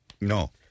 No